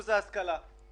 שמערכת ההשכלה חשובה להם.